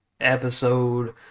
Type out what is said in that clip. episode